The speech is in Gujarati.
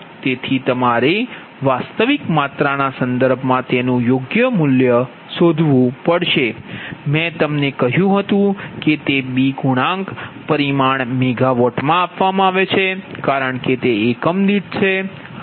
તેથી તમારે વાસ્તવિક માત્રાના સંદર્ભમાં તેનું યોગ્ય મૂલ્ય શોધવું પડશે મેં તમને કહ્યું હતું કે તે B ગુણાંક પરિમાણ MW મા છે કારણ કે તે એકમ દીઠ છે